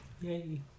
Yay